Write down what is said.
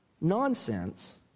nonsense